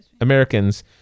americans